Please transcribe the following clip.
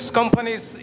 companies